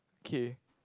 okay